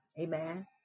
Amen